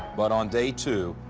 but on day two,